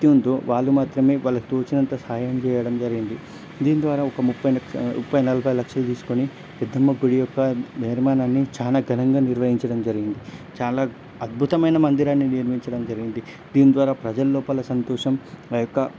భక్తి ఉందో వాళ్ళు మాత్రమే వాళ్ళకి తోచినంత సాయం చేయడం జరిగింది దీని ద్వారా ఒక ముప్పై లక్ష ముప్పై నలభై లక్షలు తీసుకొని పెద్దమ్మ గుడి యొక్క నిర్మాణాన్ని చాలా ఘనంగా నిర్వహించడం జరిగింది చాలా అద్భుతమైన మందిరాన్ని నిర్మించడం జరిగింది దీని ద్వారా ప్రజల్లోపల సంతోషం ఆ యొక్క